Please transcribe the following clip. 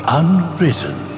unwritten